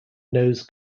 knows